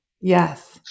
Yes